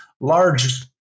large